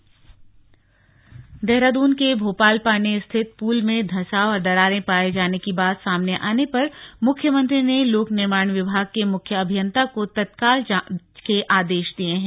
स्थलीय निरीक्षण देहरादून के भोपालपानी स्थित पुल में धंसाव और दरारें पाए जाने की बात सामने आने पर मुख्यमंत्री ने लोक निर्माण विभाग के मुख्य अभियंता को तत्काल जांच के आदेश दिए हैं